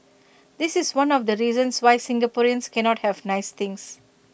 this is one of the reasons why Singaporeans cannot have nice things